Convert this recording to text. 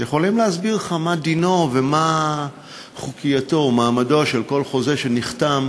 והם יכולים להסביר לך מה דינו ומה חוקיותו ומעמדו של כל חוזה שנחתם